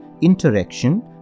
interaction